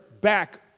back